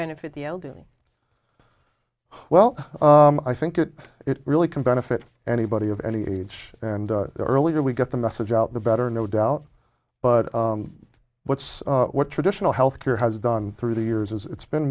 benefit the elderly well i think it it really can benefit anybody of any age and earlier we get the message out the better no doubt but what's what traditional health care has done through the years it's been